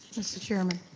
mr. chairman,